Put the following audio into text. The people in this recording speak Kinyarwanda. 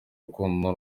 urukundo